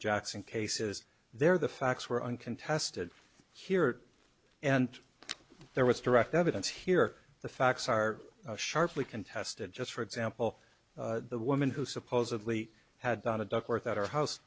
jackson case is there the facts were uncontested here and there was direct evidence here the facts are sharply contested just for example the woman who supposedly had on a duckworth at her house